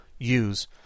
use